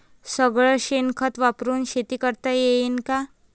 सगळं शेन खत वापरुन शेती करता येईन का?